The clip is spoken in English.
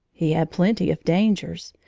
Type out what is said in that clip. he had plenty of dangers.